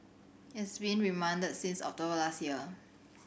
he has been remand since October last year